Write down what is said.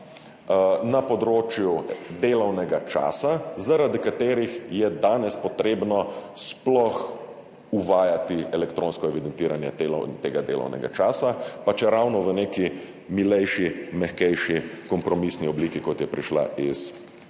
na področju delovnega časa, zaradi katerih je danes sploh treba uvajati elektronsko evidentiranje delovnega časa, pa čeravno v neki milejši, mehkejši, kompromisni obliki, kot je prišla z